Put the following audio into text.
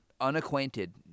unacquainted